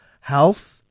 health